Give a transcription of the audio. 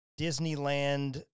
Disneyland